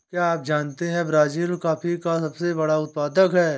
क्या आप जानते है ब्राज़ील कॉफ़ी का सबसे बड़ा उत्पादक है